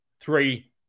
three